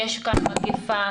יש כאן מגפה,